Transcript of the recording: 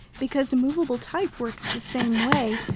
because movable type works the same way,